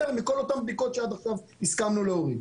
מכל אותן בדיקות שעד עכשיו הסכמנו להוריד.